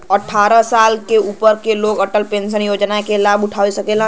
अट्ठारह साल से ऊपर क लोग अटल पेंशन योजना क लाभ उठा सकलन